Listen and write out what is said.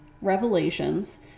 revelations